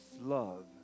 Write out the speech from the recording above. love